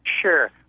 Sure